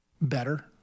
better